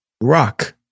Rock